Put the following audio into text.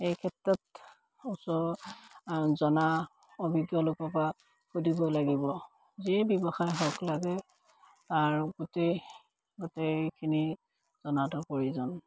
এই ক্ষেত্ৰত ওচৰ জনা অভিজ্ঞ লোকৰপা সুধিব লাগিব যিয়ে ব্যৱসায় হওক লাগে আৰু গোটেই গোটেইখিনি জনাটো প্ৰয়োজন